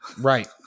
Right